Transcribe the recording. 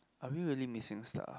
are we really missing stuff